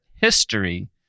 history